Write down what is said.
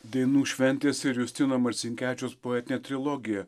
dainų šventės ir justino marcinkevičiaus poetinė trilogija